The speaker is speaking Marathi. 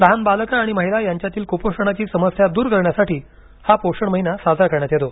लहान बालकं आणि महिला यांच्यातील कुपोषणाची समस्या दूर करण्यासाठी हा पोषण महिना साजरा करण्यात येतो